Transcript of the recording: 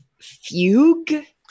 fugue